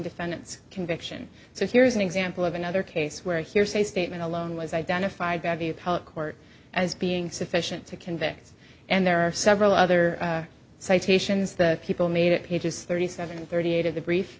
defendant's conviction so here's an example of another case where hearsay statement alone was identified by court as being sufficient to convict and there are several other citations the people made at pages thirty seven thirty eight of the brief